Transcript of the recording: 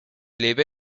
lebe